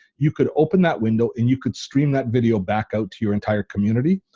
you could open that window and you could stream that video back out to your entire community.